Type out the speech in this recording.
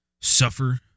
suffer